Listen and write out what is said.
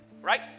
right